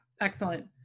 excellent